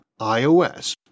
iOS